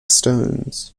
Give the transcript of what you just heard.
stones